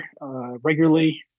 regularly